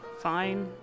fine